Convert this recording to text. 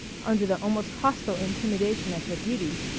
under the almost hostile intimidation of her beauty,